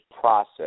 process